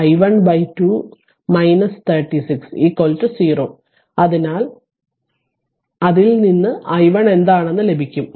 50 i12 36 0 അതിൽ നിന്ന് i1 എന്താണെന്ന് ലഭിക്കും